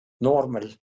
normal